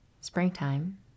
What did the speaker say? springtime